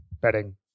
betting